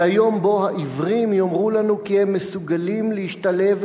זה היום שבו העיוורים יאמרו לנו כי הם מסוגלים להשתלב